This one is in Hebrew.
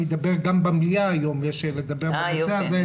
אני גם אדבר במליאה היום על הנושא הזה,